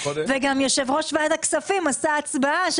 גם יושב ראש ועדת הכספים עשה הצבעה על